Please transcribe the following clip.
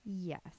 Yes